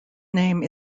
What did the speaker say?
name